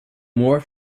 more